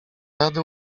rady